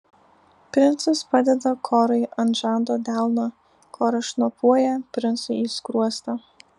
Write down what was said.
princas padeda korui ant žando delną koras šnopuoja princui į skruostą